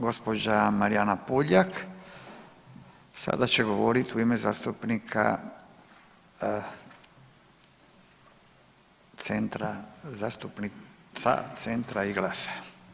Gospođa Marijana Puljak sada će govoriti u ime zastupnika, zastupnica Centra i Glasa.